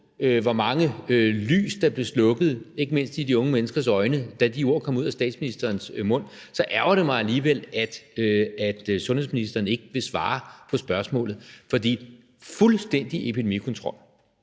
hvor mange lys der blev slukket i ikke mindst de unge menneskers øjne, da de ord kom ud af statsministerens mund, ærgrer det mig alligevel, at sundhedsministeren ikke vil svare på spørgsmålet. For fuldstændig epidemikontrol,